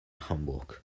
hamburg